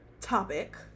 topic